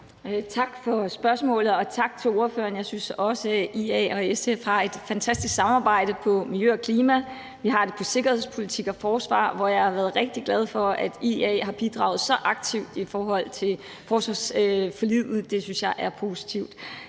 Tak for spørgsmålet, og tak til ordføreren. Jeg synes også, at IA og SF har et fantastisk samarbejde på miljø- og klimaområdet, og vi har det om sikkerhedspolitik og på forsvarsområdet, hvor jeg har været rigtig glad for, at IA har bidraget så aktivt i forhold til forsvarsforliget. Det synes jeg er positivt.